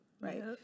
right